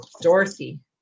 Dorothy